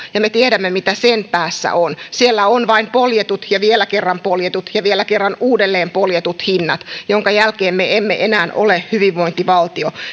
ja me tiedämme mitä sen päässä on siellä on vain poljetut ja vielä kerran poljetut ja vielä uudelleen poljetut hinnat minkä jälkeen me emme enää ole hyvinvointivaltio